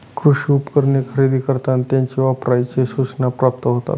कृषी उपकरणे खरेदी करताना त्यांच्या वापराच्या सूचना प्राप्त होतात